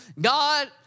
God